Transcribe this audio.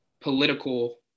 political